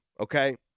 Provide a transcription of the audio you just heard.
okay